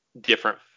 different